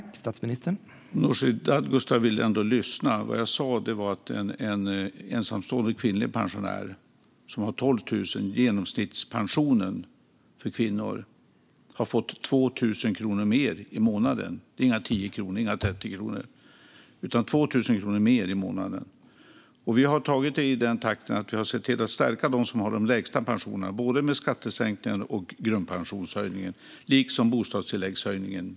Herr talman! Nooshi Dadgostar vill ändå lyssna. Jag sa att en ensamstående kvinnlig pensionär, som får genomsnittspensionen för kvinnor på 12 000 kronor, har fått 2 000 kronor mer i månaden. Det är inte 10 kronor eller 30 kronor. Det är alltså 2 000 kronor mer i månaden. Vi har gjort detta i den takten att vi har sett till att stärka dem som har de lägsta pensionerna med hjälp av skattesänkningar och höjningen av grundpensionen liksom höjningen av bostadstillägget.